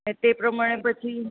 તે પ્રમાણે પછી